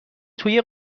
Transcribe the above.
توی